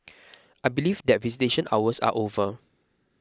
I believe that visitation hours are over